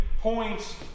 points